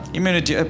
Immunity